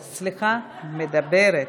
סליחה, מדברת.